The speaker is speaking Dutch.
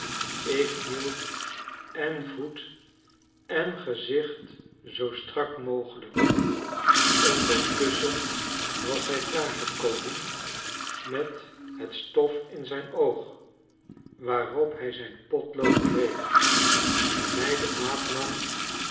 ik hield en voet en gezichtzoostrakmogelijk ondertusschen was hij klaar gekomen met het stof in zijn oog waarop hij zijn potlood kreeg mij de maat nam